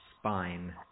spine